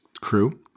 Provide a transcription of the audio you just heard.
crew